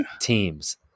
teams